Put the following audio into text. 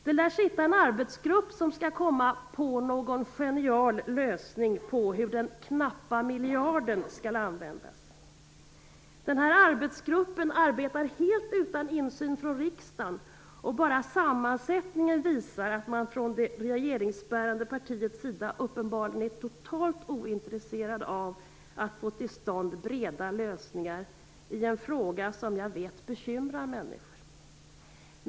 Det lär finnas en arbetsgrupp som skall komma med en genial lösning på hur den knappa miljarden skall användas. Arbetsgruppen arbetar helt utan insyn från riksdagen. Bara sammansättningen visar att man från det regeringsbärande partiets sida uppenbarligen är totalt ointresserad av att få till stånd breda lösningar i en fråga som jag vet bekymrar människor.